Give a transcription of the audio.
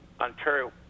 Ontario